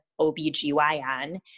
OBGYN